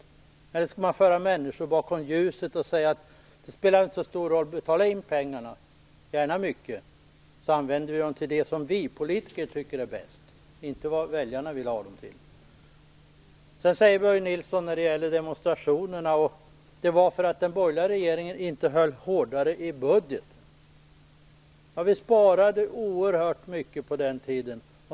Alternativet är att man för människor bakom ljuset och säger: Det spelar väl inte så stor roll; betala in pengarna, gärna mycket, så använder vi dem till det som vi politiker tycker är bäst, inte till det som väljarna vill ha dem till! När det gäller demonstrationerna säger Börje Nilsson vidare att det var för att den borgerliga regeringen inte höll hårdare i budgeten. Vi sparade oerhört mycket på den tiden.